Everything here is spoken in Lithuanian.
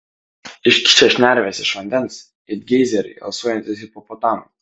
iškišę šnerves iš vandens it geizeriai alsuojantys hipopotamai